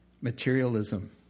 Materialism